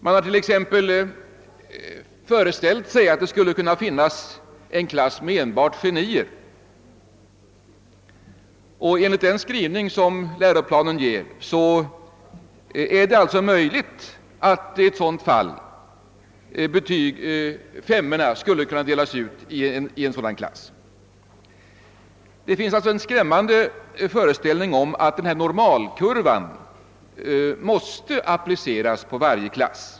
Man har t.ex. lekt med föreställningen att det skulle kunna finnas en klass med enbart genier och att det enligt läroplanen då skulle vara omöjligt att i ett sådant fall dela ut tillräckligt många betyg 5. Det finns en skrämmande föreställning om att denna normalkurva måste appliceras på varje klass.